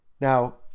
Now